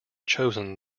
chosen